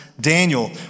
Daniel